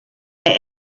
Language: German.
der